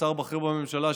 כשר בכיר בממשלה,